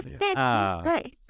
Right